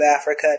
Africa